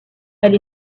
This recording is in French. elle